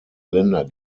länder